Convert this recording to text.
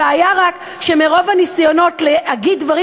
הבעיה רק שמרוב הניסיונות להגיד דברים